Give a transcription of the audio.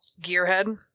Gearhead